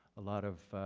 a lot of,